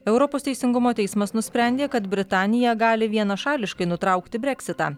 europos teisingumo teismas nusprendė kad britanija gali vienašališkai nutraukti breksitą